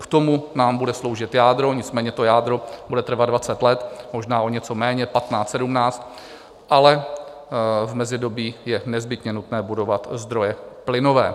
K tomu nám bude sloužit jádro, nicméně to jádro bude trvat dvacet let, možná o něco méně, patnáct, sedmnáct, ale v mezidobí je nezbytně nutné budovat zdroje plynové.